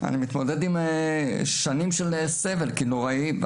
אני מתמודד עם שנים של סבל נוראי.